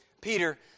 Peter